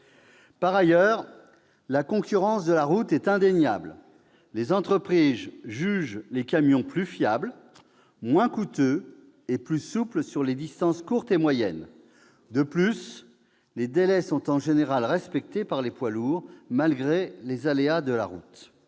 Par ailleurs, la concurrence de la route est indéniable. Les entreprises jugent les camions plus fiables, moins coûteux et plus souples sur les distances courtes et moyennes. De plus, les délais sont en général respectés par les poids lourds, malgré les aléas de la route.